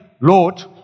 Lord